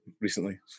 recently